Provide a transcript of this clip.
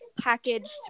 packaged